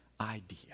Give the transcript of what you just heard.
idea